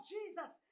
Jesus